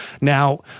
Now